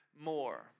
more